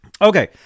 Okay